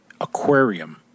aquarium